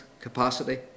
capacity